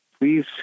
please